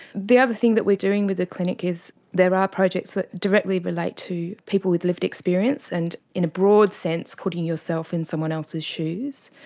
the other thing that we are doing with the clinic is there are projects that directly relate to people with lived experience and, in a broad sense, putting yourself in someone else's shoes,